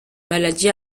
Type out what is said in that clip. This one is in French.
maladie